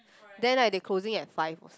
then like they closing at five